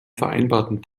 vereinbarten